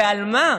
ועל מה?